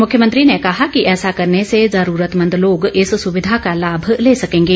मुख्यमंत्री ने कहा कि ऐसा करने से जरूरतमंद लोग इस सुविधा का लाम ले सकेंगे